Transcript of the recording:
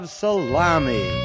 salami